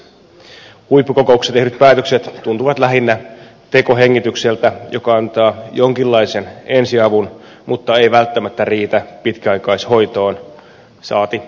huippukokouksessa tehdyt päätökset tuntuvat lähinnä tekohengitykseltä joka antaa jonkinlaisen ensiavun mutta ei välttämättä riitä pitkäaikaishoitoon saati tervehtymiseen